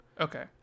Okay